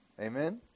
Amen